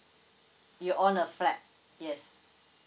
you own a flat yes